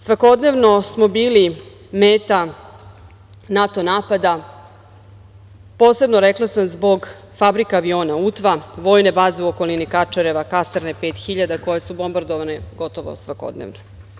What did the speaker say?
Svakodnevno smo bili meta NATO napada posebno, rekla sam, zbog fabrike aviona „Utva“, vojne baze u okolini Kačareva, kasarne „Pet hiljada“ koje su bombardovane gotovo svakodnevno.